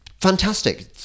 fantastic